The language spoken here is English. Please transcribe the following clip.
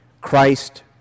Christ